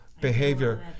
behavior